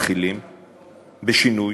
מתחילים בשינוי,